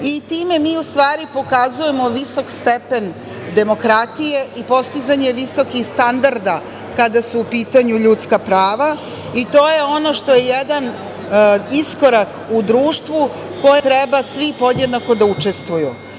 i time mi u stvari pokazujemo visok stepen demokratije i postizanje visokih standarda kada su u pitanju ljudska prava i to je ono što je jedan iskorak u društvu kojem treba svi podjednako da učestvuju. Moram